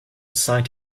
assigned